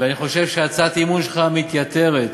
ואני חושב שהצעת האי-אמון שלך מתייתרת,